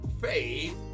Faith